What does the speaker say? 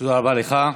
תודה רבה לך.